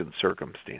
circumstance